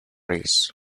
race